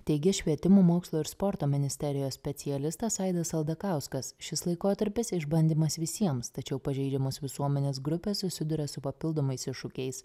teigė švietimo mokslo ir sporto ministerijos specialistas aidas aldakauskas šis laikotarpis išbandymas visiems tačiau pažeidžiamos visuomenės grupės susiduria su papildomais iššūkiais